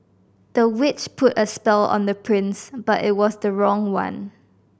the witch put a spell on the prince but it was the wrong one